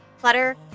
Clutter